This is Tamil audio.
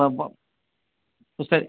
ஆ ம் சரி